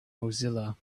mozilla